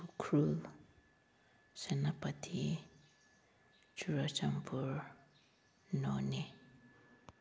Ukhrul Senapati Churachandpur Noney